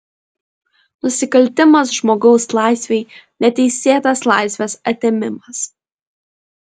nusikaltimas žmogaus laisvei neteisėtas laisvės atėmimas